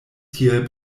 tiel